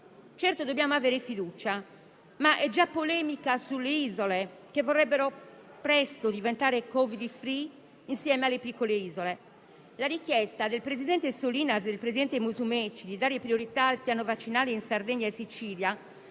Certo dobbiamo avere fiducia, ma è già polemica sulle isole, che vorrebbero presto diventare Covid *free* insieme alle piccole isole. La richiesta del presidente Solinas e del presidente Musumeci di dare priorità al piano vaccinale in Sardegna e Sicilia